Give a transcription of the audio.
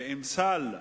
ועם סל,